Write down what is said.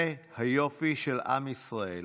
זה היופי של עם ישראל.